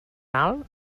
alt